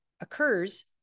occurs